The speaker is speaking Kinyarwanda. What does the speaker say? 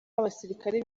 abasirikare